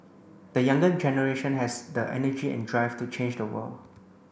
the younger generation has the energy and drive to change the world